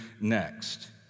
next